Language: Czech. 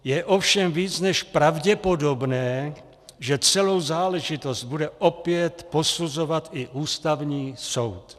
Je ovšem víc než pravděpodobné, že celou záležitost bude opět posuzovat i Ústavní soud.